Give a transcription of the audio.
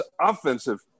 offensive